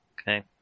okay